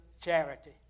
charity